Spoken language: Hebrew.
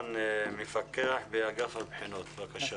מפקח באגף הבחינות, שאדי סכראן, בבקשה.